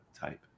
type